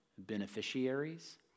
Beneficiaries